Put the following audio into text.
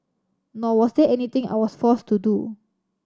nor was there anything I was forced to do